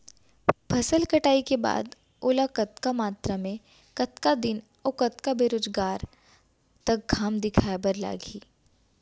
फसल कटाई के बाद ओला कतका मात्रा मे, कतका दिन अऊ कतका बेरोजगार तक घाम दिखाए बर लागही?